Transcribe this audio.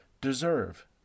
deserve